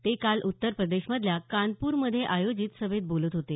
ते काल उत्तर प्रदेशमधल्या कानपूरमध्ये आयोजित सभेत बोलत होते